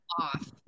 off